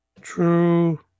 True